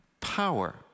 power